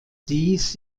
dies